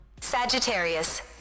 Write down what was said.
Sagittarius